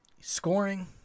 Scoring